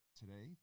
today